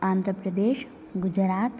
आन्ध्रप्रदेशः गुजरात्